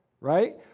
right